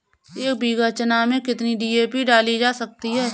एक बीघा चना में कितनी डी.ए.पी डाली जा सकती है?